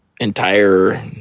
entire